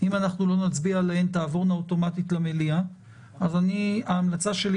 הן תעבורנה אוטומטית למליאה אז ההמלצה שלי